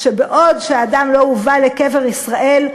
בעוד אדם לא הובא לקבר ישראל,